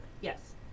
Yes